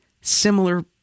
similar